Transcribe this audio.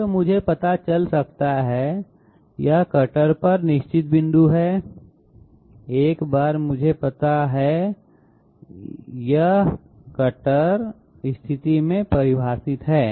तो मुझे पता चल सकता है यह कटर पर एक निश्चित बिंदु है एक बार मुझे पता है कि यह कटर स्थिति में परिभाषित है